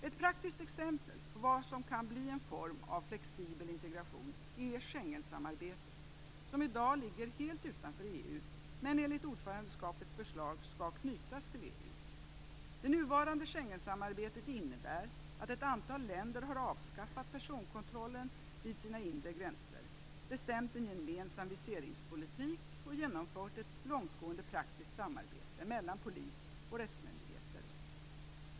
Ett praktiskt exempel på vad som kan bli en form av flexibel integration är Schengensamarbetet, som i dag ligger helt utanför EU, men enligt ordförandeskapets förslag skall knytas till EU. Det nuvarande Schengensamarbetet innebär att ett antal länder har avskaffat personkontrollen vid sina inre gränser, bestämt en gemensam viseringspolitik och genomfört ett långtgående praktiskt samarbete mellan polis och rättsmyndigheter.